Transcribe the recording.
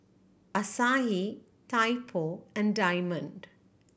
Asahi Typo and Diamond